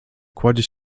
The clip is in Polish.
kładzie